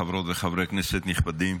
חברות וחברי כנסת נכבדים,